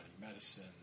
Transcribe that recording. medicine